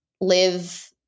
live